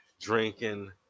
drinking